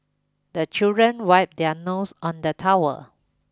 the children wipe their nose on the towel